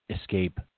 escape